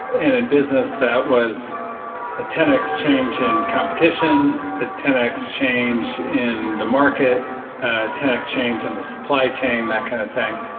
and in business, that was a ten x change in competition, a ten x change in the market, a ten x change in the supply chain, that kind of thing.